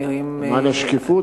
למען השקיפות,